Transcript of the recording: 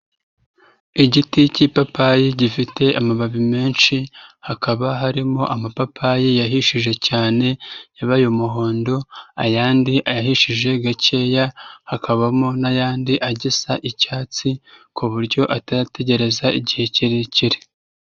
Igiti cy'ipapayi gifite amababi menshi hakaba harimo amapapayi yahishije cyane yabaye umuhondo ayandi ahishije gakeya hakabamo n'ayandi agisa icyatsi ku buryo atategereza igihe kirekire.